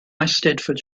eisteddfod